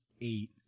eight